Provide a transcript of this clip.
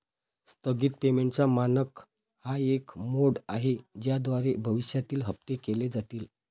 स्थगित पेमेंटचा मानक हा एक मोड आहे ज्याद्वारे भविष्यातील हप्ते केले जातील